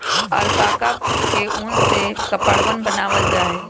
alpaca के उन से कपड़वन बनावाल जा हई